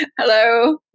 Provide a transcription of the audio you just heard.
Hello